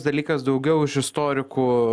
dalykas daugiau iš istorikų